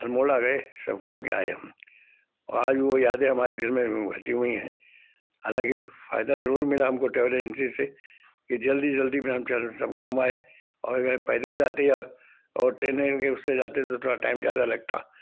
अल्मोड़ा गए सब घुम के आए हम और आज भी वह यादें हमारे दिल में हालाँकि फ़ायदा ज़रूर मिला हमको ट्रेवल एजेंसी से कि जल्दी जल्दी में हम चरण सब घुम आएं और अगर पैदल जाते और ट्रेन उससे जाते तो थोड़ा टाइम ज़्यादा लगता